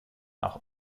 auch